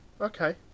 Okay